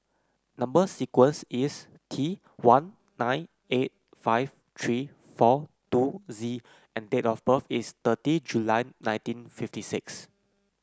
number sequence is T one nine eight five three four two Z and date of birth is thirty July nineteen fifty six